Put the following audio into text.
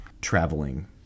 traveling